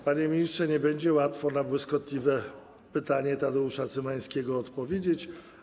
Panie ministrze, nie będzie łatwo na błyskotliwe pytanie Tadeusza Cymańskiego odpowiedzieć.